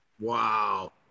Wow